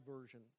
Version